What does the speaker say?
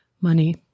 Money